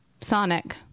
Sonic